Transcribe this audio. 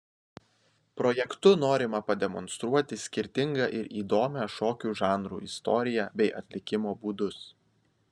projektu norima pademonstruoti skirtingą ir įdomią šokių žanrų istoriją bei atlikimo būdus